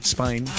Spain